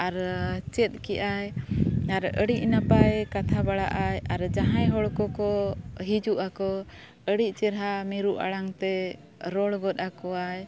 ᱟᱨ ᱪᱮᱫ ᱠᱮᱜᱼᱟᱭ ᱟᱨ ᱟᱹᱰᱤ ᱱᱟᱯᱟᱭ ᱠᱟᱛᱷᱟ ᱵᱟᱲᱟᱜᱼᱟᱭ ᱟᱨ ᱡᱟᱦᱟᱸᱭ ᱦᱚᱲ ᱠᱚ ᱠᱚ ᱦᱤᱡᱩᱜ ᱟᱠᱚ ᱟᱹᱰᱤ ᱪᱮᱨᱦᱟ ᱢᱤᱨᱩ ᱟᱲᱟᱝ ᱛᱮ ᱨᱚᱲ ᱜᱚᱫ ᱟᱠᱚᱣᱟᱭ